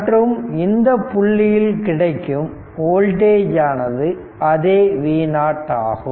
மற்றும் இந்த புள்ளியில் கிடைக்கும் வோல்டேஜ் ஆனது அதே V0 ஆகும்